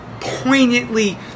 poignantly